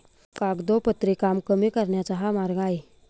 कागदोपत्री काम कमी करण्याचा हा मार्ग आहे